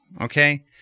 okay